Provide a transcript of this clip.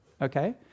okay